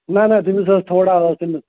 نہ نہ تٔمِس ٲس تھوڑا ٲس تٔمِس